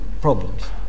problems